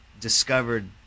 discovered